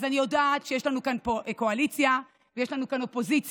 אז אני יודעת שיש לנו כאן קואליציה ויש לנו כאן אופוזיציה,